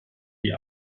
die